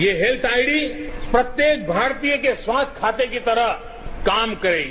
ये health ID प्रत्येक भारतीय के स्वास्थ्य खाते की तरह काम करेगी